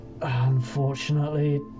Unfortunately